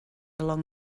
along